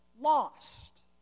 lost